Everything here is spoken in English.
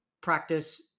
practice